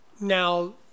Now